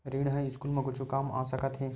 ऋण ह स्कूल मा कुछु काम आ सकत हे?